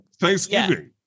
Thanksgiving